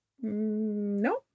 no